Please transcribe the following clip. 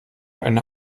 eine